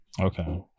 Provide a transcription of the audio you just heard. Okay